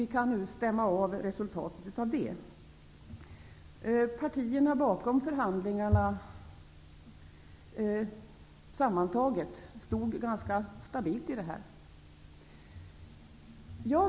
Vi kan nu stämma av resultatet av detta. Partierna bakom förhandlingarna stod ganska stabilt i denna fråga.